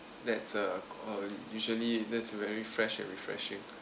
that's uh uh usually that is very fresh and refreshing